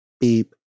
beep